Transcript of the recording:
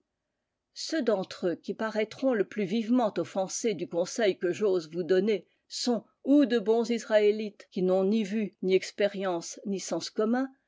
ceux d'entre eux qui paraîtront le plus vivement offensés du conseil que j'ose vous donner sont ou de bons israélites qui n'ont ni vues ni expérience ni sens commun